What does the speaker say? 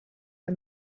the